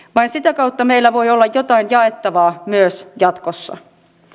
vain sitä kautta meillä voi olla jotain jaettavaa myös jatkossa